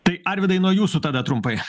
tai arvydai nuo jūsų tada trumpai